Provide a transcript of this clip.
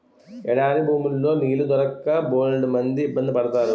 ఎడారి భూముల్లో నీళ్లు దొరక్క బోలెడిబ్బంది పడతారు